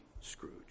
Scrooge